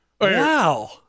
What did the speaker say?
Wow